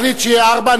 אני אחליט שיהיה ארבע,